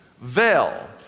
veil